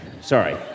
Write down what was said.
Sorry